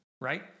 Right